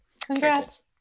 Congrats